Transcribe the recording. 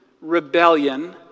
rebellion